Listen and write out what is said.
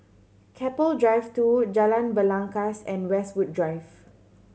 Keppel Drive Two Jalan Belangkas and Westwood Drive